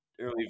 Early